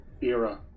era